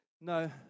no